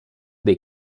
dei